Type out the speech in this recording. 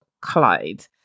Clyde